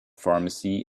pharmacy